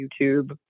YouTube